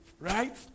Right